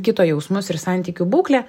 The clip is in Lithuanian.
kito jausmus ir santykių būklę